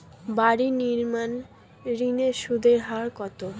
বাড়ি নির্মাণ ঋণের সুদের হার কত?